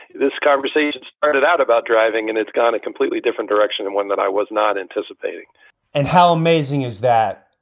this conversation started out about driving and it's gone a completely different direction and one that i was not anticipating and how amazing is that?